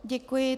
Děkuji.